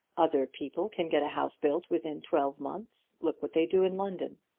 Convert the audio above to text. other people can get a house built within twelve months. look what they do in london.